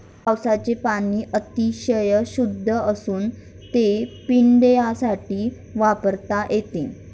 पावसाचे पाणी अतिशय शुद्ध असून ते पिण्यासाठी वापरता येते